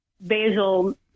basil